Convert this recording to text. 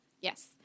Yes